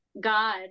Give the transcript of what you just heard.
God